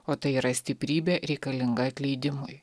o tai yra stiprybė reikalinga atleidimui